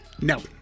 No